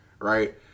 Right